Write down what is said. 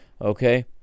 okay